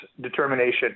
determination